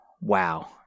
wow